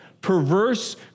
perverse